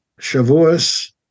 Shavuos